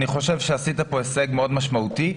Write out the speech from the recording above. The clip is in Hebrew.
אני חושב שעשית פה הישג מאוד משמעותי,